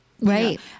right